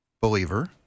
believer